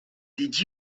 did